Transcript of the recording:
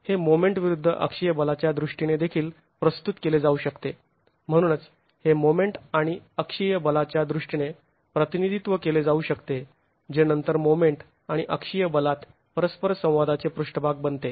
हे मोमेंट विरुद्ध अक्षीय बलाच्या दृष्टीनेदेखील प्रस्तुत केले जाऊ शकते म्हणूनच हे मोमेंट आणि अक्षय बलाच्या दृष्टीने प्रतिनिधीत्व केले जाऊ शकते जे नंतर मोमेंट आणि अक्षीय बलात परस्पर संवादाचे पृष्ठभाग बनते